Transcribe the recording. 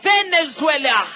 Venezuela